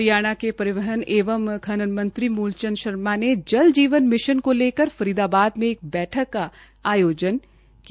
हरियाणा के परिवहन एवं खनन मंत्री मूल चंद शर्मा ने जल जीवन मिशन को लेकर फरीदाबाद में एक बैठक का आयोजन किया